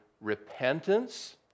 repentance